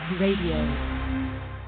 Radio